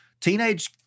teenage